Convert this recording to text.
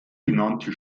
benannte